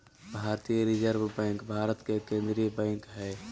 भारतीय reserve bank भारत के केन्द्रीय बैंक हइ